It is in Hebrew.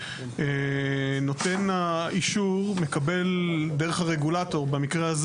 נותן האישור מקבל דרך הרגולטור במקרה זה